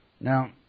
Now